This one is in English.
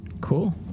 cool